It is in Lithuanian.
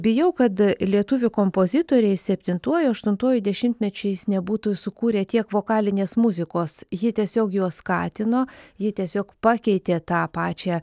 bijau kad lietuvių kompozitoriai septintuoju aštuntuoju dešimtmečiais nebūtų sukūrę tiek vokalinės muzikos ji tiesiog juos skatino ji tiesiog pakeitė tą pačią